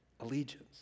allegiance